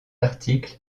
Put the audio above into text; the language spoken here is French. article